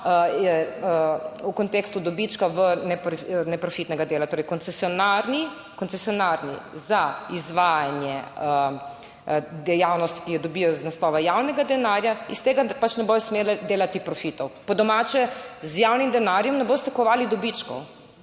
v kontekstu dobička neprofitnega dela. Torej, koncesionarji za izvajanje dejavnosti, ki jo dobijo iz naslova javnega denarja, iz tega pač ne bodo smeli delati profitov. Po domače, z javnim denarjem ne boste kovali dobičkov.